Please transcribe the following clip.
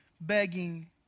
begging